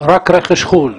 רק רכש חו"ל.